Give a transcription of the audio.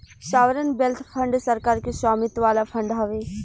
sovereign wealth fund सरकार के स्वामित्व वाला फंड हवे